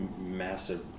massive